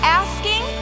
asking